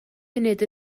munud